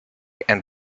and